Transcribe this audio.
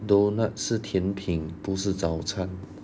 donut 是甜品不是早餐